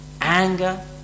anger